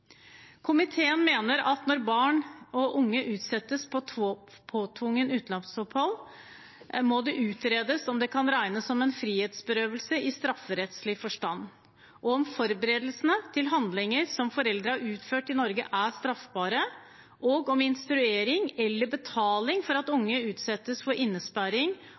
Komiteen mener at når barn og unge utsettes for påtvungne utenlandsopphold, må det utredes om det kan regnes som frihetsberøvelse i strafferettslig forstand, om forberedelsene til handlinger som foreldre har utført i Norge, er straffbare, og om instruering eller betaling for at unge utsettes for